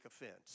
offense